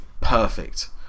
Perfect